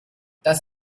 das